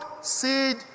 seed